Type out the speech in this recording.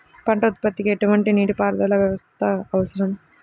పంట ఉత్పత్తికి ఎటువంటి నీటిపారుదల వ్యవస్థ అవసరం?